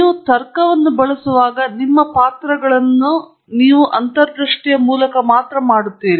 ನೀವು ತರ್ಕವನ್ನು ಬಳಸುವಾಗ ನಿಮ್ಮ ಪಾತ್ರಗಳನ್ನು ನೀವು ಅಂತರ್ದೃಷ್ಟಿಯ ಮೂಲಕ ಮಾತ್ರ ಮಾಡುತ್ತೀರಿ